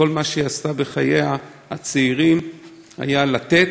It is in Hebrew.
וכל מה שהיא עשתה בחייה הצעירים היה לתת,